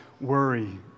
worry